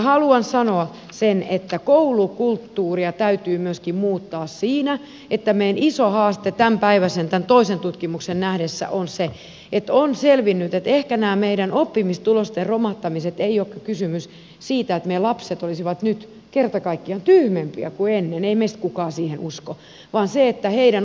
haluan sanoa sen että koulukulttuuria täytyy myöskin muuttaa siinä että meidän iso haasteemme tämänpäiväisen tämän toisen tutkimuksen nähden on se että on selvinnyt että ehkä näissä meidän oppimistulosten romahtamisissa ei ole kysymys siitä että meidän lapset olisivat nyt kerta kaikkiaan tyhmempiä kuin ennen ei meistä kukaan siihen usko vaan siitä että heidän osaamispotentiaaliaan ei pystytä hyödyntämään